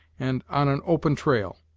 and on an open trail.